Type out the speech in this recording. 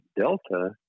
delta